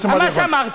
לא שמעתי